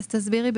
תסבירי,